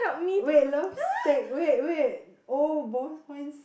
wait love state wait wait oh ball points